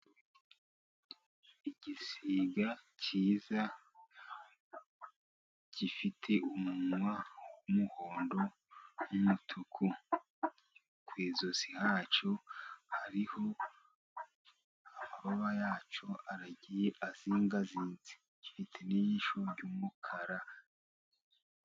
Igisiga cyiza gifite umunwa w'umuhondo, umutuku ku ijosi. Hariho amababa yacyo aragiye azinga zinsi ifite n'ijisho ry'umukara.